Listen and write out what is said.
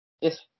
Yes